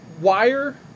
wire